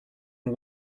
and